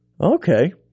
Okay